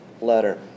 letter